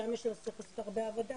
ששם צריך לעשות הרבה עבודה,